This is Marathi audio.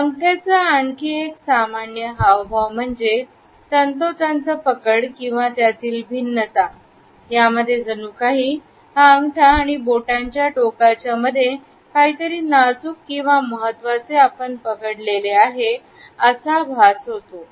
अंगठ्याचा आणखी एक सामान्य हावभाव म्हणजे तंतोतंत पकड किंवा त्यातील भिन्नता यामध्ये हे जणू काही ही अंगठा आणि बोटाच्या टोकाच्या मध्ये काहीतरी नाजूक किंवा महत्वाचे आपण पकडले आहे असा भास होतो